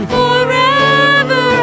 forever